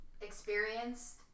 experienced